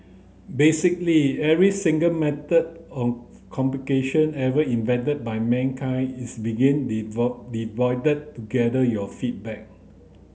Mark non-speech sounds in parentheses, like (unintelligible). basically every single method of communication ever invented by mankind is begin (unintelligible) deployed to gather your feedback